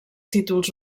títols